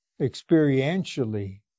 experientially